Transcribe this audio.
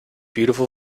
beautiful